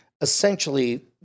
Essentially